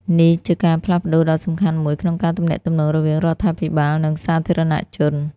នេះជាការផ្លាស់ប្ដូរដ៏សំខាន់មួយក្នុងការទំនាក់ទំនងរវាងរដ្ឋាភិបាល និងសាធារណជន។